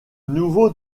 nouveau